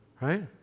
Right